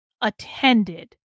attended